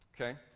Okay